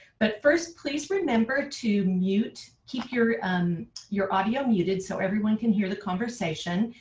but first please remember to mute keep your your audio muted so everyone can hear the conversation.